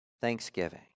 thanksgiving